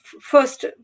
first